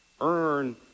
earn